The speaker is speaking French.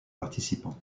participants